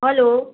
hello